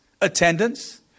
attendance